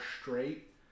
straight